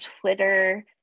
Twitter